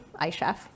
iChef